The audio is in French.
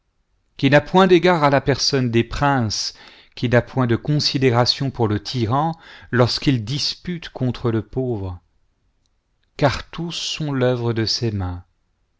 qui n'a point d'égard à la personne des princes qui n'a point de considération pour le tyi'an lorsqu'il dispute contre le pauvre car tous sont l'œuvre de ses mains